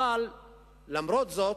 אבל למרות זאת,